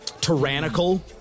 Tyrannical